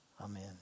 Amen